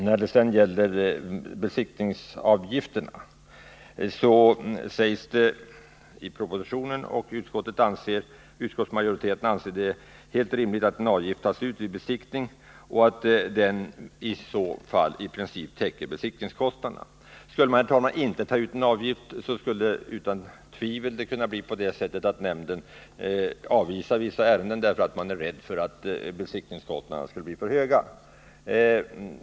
Beträffande besiktningskostnaderna föreslås i propositionen att avgift tas ut. Även utskottet anser det helt rimligt att det tas ut en avgift och att denna i så fall täcker besiktningskostnaderna. Skulle man, herr talman, inte ta ut någon avgift, skulle nämnden utan tvivel kunna avvisa vissa ärenden i fruktan för att besiktningskostnaderna skulle kunna bli för höga.